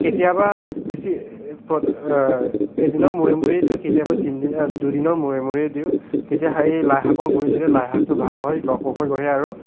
কেতিয়াবা বেছি এদিনৰ মূৰে মূৰে দিওঁ তিনদিনৰ দুদিনৰ মূৰে মূৰে দিওঁ তেতিয়া এই লাই শাকৰ গুৰিত দিলে লাই শাকটো ভাল হয় লহপহকৈ বাঢ়ে আৰু